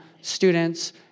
students